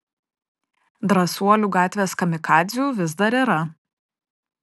drąsuolių gatvės kamikadzių vis dar yra